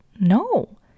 no